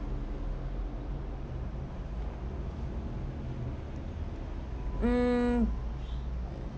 mm